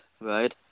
right